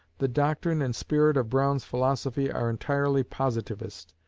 the doctrine and spirit of brown's philosophy are entirely positivist,